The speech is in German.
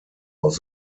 aus